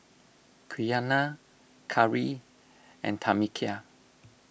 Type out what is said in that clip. Quiana Kari and Tamekia